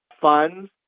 funds